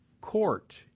court